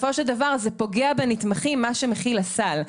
בסופו של דבר, מה שמכיל הסל פוגע בנתמכים.